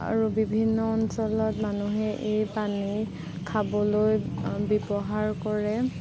আৰু বিভিন্ন অঞ্চলত মানুহে এই পানী খাবলৈ ব্যৱহাৰ কৰে